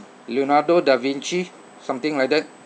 leonardo-da-vinci something like that